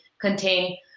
contain